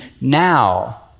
now